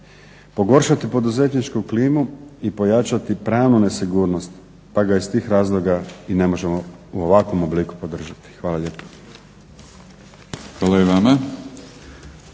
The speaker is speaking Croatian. pogoršati poduzetničku klimu i pojačati pravnu nesigurnost pa ga iz tih razloga i ne možemo u ovakvom obliku podržati. Hvala lijepa.